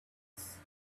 wise